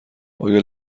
آیا